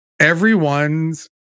everyone's